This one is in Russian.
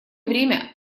время